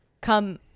come